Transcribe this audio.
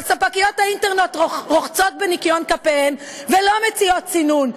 אבל ספקיות האינטרנט רוחצות בניקיון כפיהן ולא מציעות סינון,